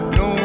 no